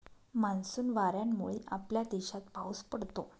monsoon वाऱ्यांमुळे आपल्या देशात पाऊस पडतो